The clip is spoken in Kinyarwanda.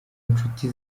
nshuti